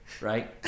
right